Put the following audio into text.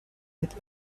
with